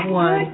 one